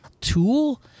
tool